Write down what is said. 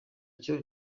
cyo